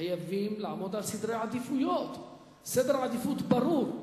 חייבים לעמוד על סדרי עדיפויות, סדר עדיפות ברור.